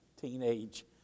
teenage